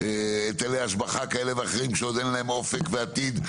היטלי השבחה כאלה ואחרים כשעוד אין להם אופק ועתיד,